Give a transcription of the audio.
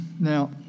Now